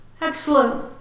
Excellent